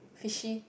fishy